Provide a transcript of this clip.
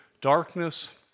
Darkness